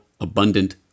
abundant